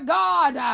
god